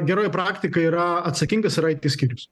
geroji praktika yra atsakingas yra it skyrius